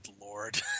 Lord